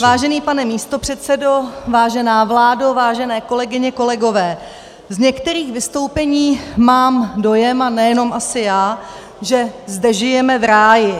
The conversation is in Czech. Vážený pane místopředsedo, vážená vládo, vážené kolegyně, kolegové, z některých vystoupení mám dojem, a nejenom asi já, že zde žijeme v ráji.